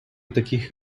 таких